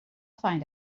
find